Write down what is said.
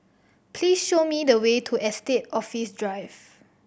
please show me the way to Estate Office Drive